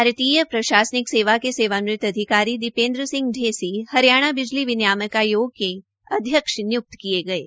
भारतीय प्रशासनिक सेवा के सेवानिवृत अधिकारी दीपेन्द्र सिंह ढेसी हरियाणा बिजली विनियामक आयोग के अध्यक्ष निय्क्त किये गये